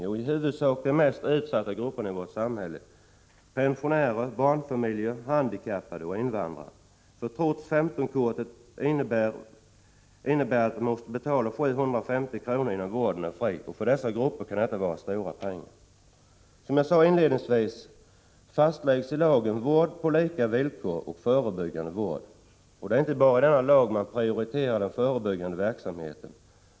Jo, i huvudsak de mest utsatta grupperna i samhället: pensionärer, barnfamiljer, handikappade och invandrare. För trots 15-kortet innebär det att man måste betala 750 kr. innan vården är fri. För dessa grupper kan det vara stora pengar. Som jag sade inledningsvis fastläggs i lagen vård på lika villkor och förebyggande vård. Det är inte bara i denna lag man prioriterar den förebyggande verksamheten.